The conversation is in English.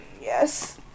Yes